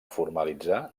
formalitzar